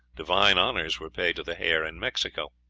divine honors were paid to the hare in mexico.